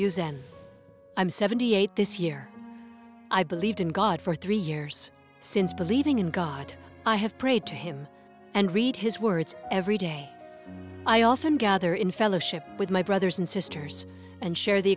and i'm seventy eight this year i believed in god for three years since believing in god i have prayed to him and read his words every day i often gather in fellowship with my brothers and sisters and share the